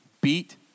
beat